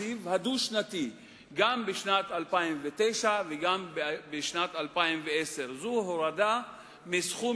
התקציב הדו-שנתי גם בשנת 2009 וגם בשנת 2010. זו הורדה מסכום